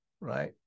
right